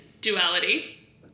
duality